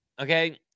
okay